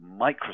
microsoft